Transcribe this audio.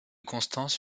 constance